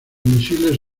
misiles